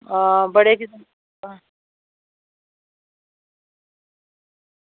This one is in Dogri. आं